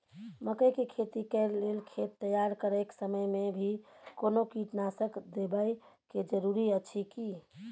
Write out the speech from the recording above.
मकई के खेती कैर लेल खेत तैयार करैक समय मे भी कोनो कीटनासक देबै के जरूरी अछि की?